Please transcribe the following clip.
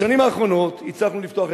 בשנים האחרונות הצלחנו לפתוח,